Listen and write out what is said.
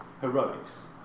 heroics